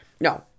No